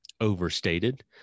overstated